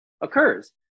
occurs